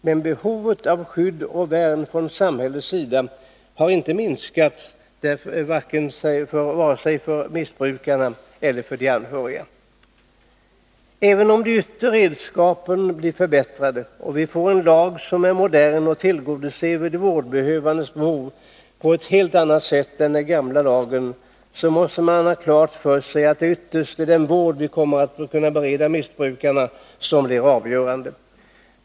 Men behovet av skydd och värn från samhällets sida har inte minskat, vare sig för missbrukarna eller för deras anhöriga. Även om de yttre redskapen blir förbättrade och vi får en lag som är modern och tillgodoser de vårdbehövandes behov på ett helt annat sätt än den gamla lagen, måste man ha klart för sig att det ytterst är den vård vi kan bereda missbrukarna som blir avgörande.